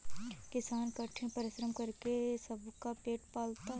किसान कठिन परिश्रम करके सबका पेट पालता है